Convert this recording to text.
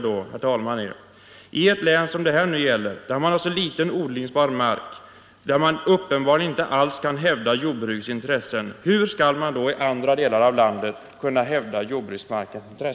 Min direkta fråga är då: Om man inte i ett län som har så litet odlingsbar mark kan hävda jordbruksmarkens intressen, hur skall man då kunna hävda dessa intressen i andra delar av landet?